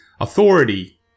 authority